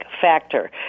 factor